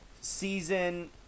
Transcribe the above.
season